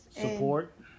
Support